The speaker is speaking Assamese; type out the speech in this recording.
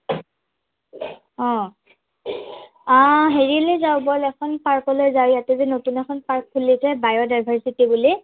অ' অ' হেৰিলৈ যাওঁ ব'ল এইখন পাৰ্কলৈ যাওঁ ইয়াত যে নতুন এখন পাৰ্ক খুলিছে যে বায়ডাইভাৰ্চিটি বুলি